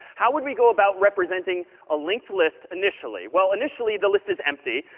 how would we go about representing a linked list initially? well, initially the list is empty.